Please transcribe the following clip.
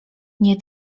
nie